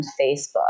Facebook